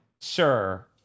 sure